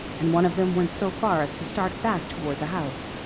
and one of them went so far as to start back toward the house.